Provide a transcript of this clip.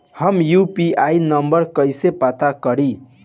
हम UPI number कइसे पता करी?